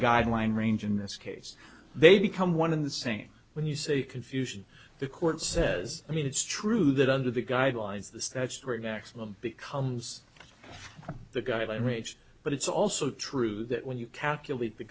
guideline range in this case they become one in the same when you say confusion the court says i mean it's true that under the guidelines the stats straight maximum becomes the guideline range but it's also true that when you calculate the